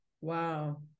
wow